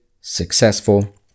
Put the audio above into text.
successful